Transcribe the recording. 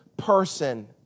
person